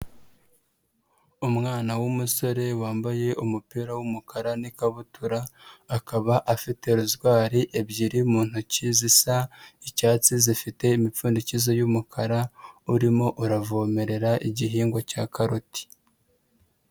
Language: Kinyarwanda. Umwana w'umusore wambaye umupira w'umukara n'ikabutura, akaba afite rozwari ebyiri mu ntoki zisa icyatsi zifite imipfundikizo y'umukara, urimo uravomerera igihingwa cya karoti.